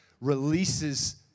releases